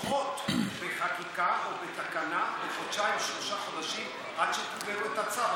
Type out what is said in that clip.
לדחות בחקיקה או בתקנה בחודשיים או בשלושה חודשים עד שתגמרו את הצו.